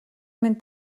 минь